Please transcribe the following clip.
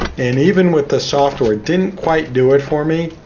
and even with the software, it didn't quite do it for me.